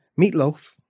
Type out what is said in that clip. Meatloaf